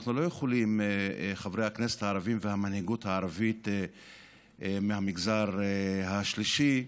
חברי הכנסת הערבים והמנהיגות הערבית מהמגזר השלישי,